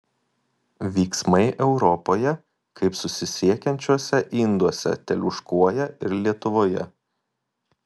vyksmai europoje kaip susisiekiančiuose induose teliūškuoja ir lietuvoje